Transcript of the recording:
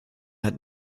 hat